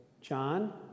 John